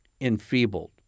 enfeebled